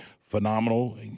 phenomenal